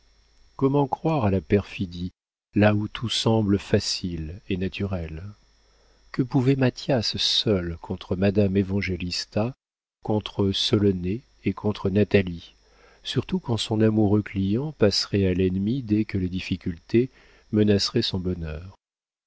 comment croire à la perfidie là où tout semble facile et naturel que pouvait mathias seul contre madame évangélista contre solonet et contre natalie surtout quand son amoureux client passerait à l'ennemi dès que les difficultés menaceraient son bonheur